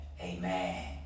Amen